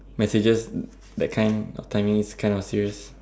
messages that kind of timing it's kind of serious